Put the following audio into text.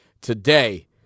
today